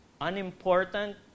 unimportant